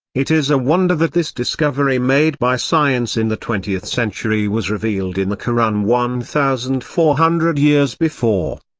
it is a wonder that this discovery made by science in the twentieth century was revealed in the koran one thousand four hundred years before.